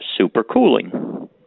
supercooling